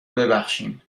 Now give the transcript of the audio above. ببخشیم